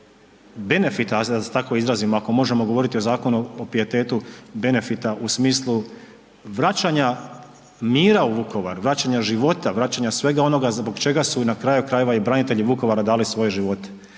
benefita, da se tako izrazim, ako možemo govoriti o zakonu o pijetetu benefita u smislu vraćanja mira u Vukovar, vraćanja života, vraćanja svega onoga zbog čega su na kraju krajeva i branitelji Vukovara dali svoje živote.